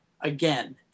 again